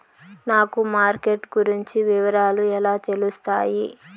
నాకు మార్కెట్ గురించి వివరాలు ఎలా తెలుస్తాయి?